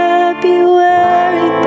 February